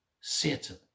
Satan